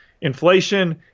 inflation